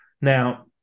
Now